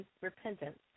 repentance